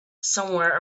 somewhere